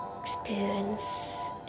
experience